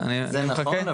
זה נכון,